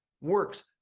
works